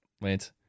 Wait